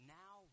now